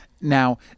Now